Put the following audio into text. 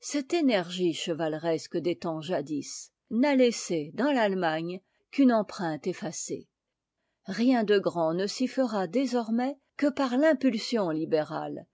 cette énergie chevaleresque des temps jadis n'a laissé dans l'allemagne qu'une empreinte effacée rien de grand ne s'y fera désormais que par l'impulsion libérale